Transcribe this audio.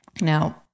Now